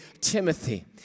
Timothy